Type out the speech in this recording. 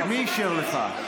מי אישר לך?